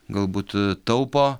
galbūt taupo